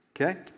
Okay